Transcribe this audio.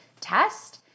test